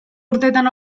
urtetan